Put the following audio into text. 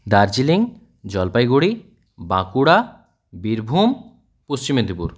Darjeeling Jalpaiguri Bankura Birbhum Paschim Medinipur